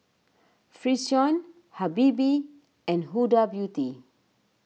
Frixion Habibie and Huda Beauty